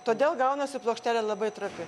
todėl gaunasi plokštelė labai trapi